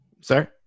Sir